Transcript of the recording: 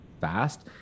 fast